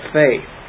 faith